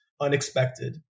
unexpected